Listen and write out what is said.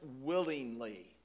willingly